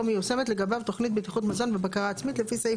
מיושמת לגביו תכנית בטיחות מזון ובקרה עצמית לפי סעיף"".